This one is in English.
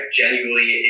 genuinely